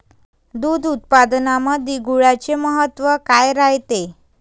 दूध उत्पादनामंदी गुळाचे महत्व काय रायते?